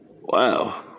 Wow